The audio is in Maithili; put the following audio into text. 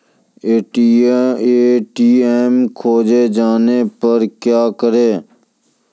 ए.टी.एम खोजे जाने पर क्या करें?